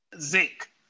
zinc